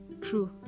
true